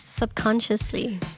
Subconsciously